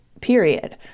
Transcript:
period